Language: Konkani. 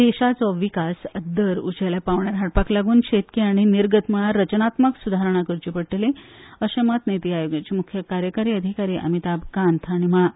देशाचो विकासाचो दर उंचेल्या पांवड्यार हाडपाक लागून शेती आनी निर्गत मळार रचनात्मक सुदारणा करची पडटली अशें मत निती आयोगाचे मुखेल कार्यकारी अधिकारी अमिताभ कांत हांणी म्हणलां